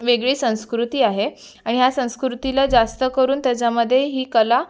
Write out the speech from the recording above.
वेगळी संस्कृती आहे आणि या संस्कृतीला जास्त करून त्याच्यामध्ये ही कला